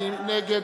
מי נגד?